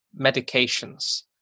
medications